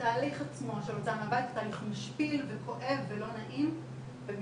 התהליך עצמו של ההוצאה מהבית הוא תהליך משפיל וכואב ולא נעים ומיותר